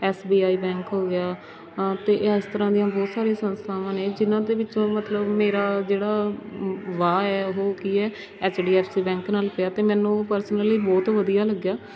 S B I bank ਹੋ ਗਿਆ ਅ ਅਤੇ ਇਸ ਤਰ੍ਹਾਂ ਦੀਆਂ ਬਹੁਤ ਸਾਰੀਆਂ ਸੰਸਥਾਵਾਂ ਨੇ ਜਿਹਨਾਂ ਦੇ ਵਿੱਚੋਂ ਮਤਲਬ ਮੇਰਾ ਜਿਹੜਾ ਵ ਵਾਹ ਏ ਉਹ ਕੀ ਹੈ H D F C bank ਨਾਲ਼ ਪਿਆ ਅਤੇ ਮੈਨੂੰ ਪਰਸਨਲੀ ਬਹੁਤ ਵਧੀਆ ਲੱਗਿਆ